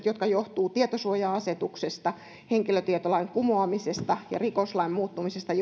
jotka johtuvat tietosuoja asetuksesta henkilötietolain kumoamisesta ja rikoslain muuttumisesta